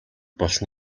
болсон